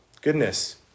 Goodness